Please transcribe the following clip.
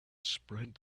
spread